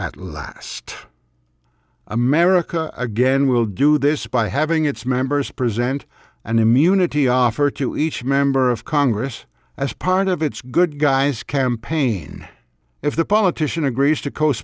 at last america again will do this by having its members present an immunity offer to each member of congress as part of its good guys campaign if the politician agrees to co